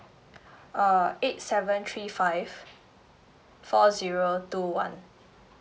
err eight seven three five four zero two one